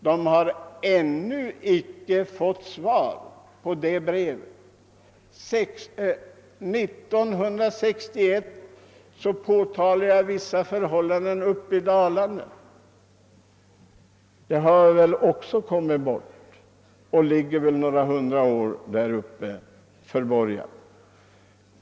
De har ännu icke fått något svar på brevet. År 1961 påtalade jag vissa missförhållanden uppe i Dalarna. Det brevet har tydligen också kommit bort och kommer väl att ligga i något verk i några hundra år, och innehållet förblir förborgat.